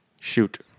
Shoot